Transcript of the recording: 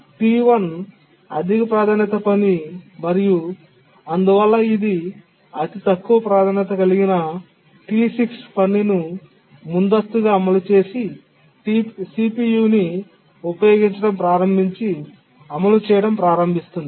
T1 అధిక ప్రాధాన్యత పని మరియు అందువల్ల ఇది అతి తక్కువ ప్రాధాన్యత కలిగిన T6 పని ను ముందస్తుగా అమలు చేసి CPU ని ఉపయోగించడం ప్రారంభించి అమలు చేయడం ప్రారంభిస్తుంది